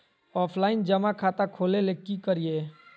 Offline जमा खाता खोले ले की करिए?